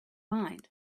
mind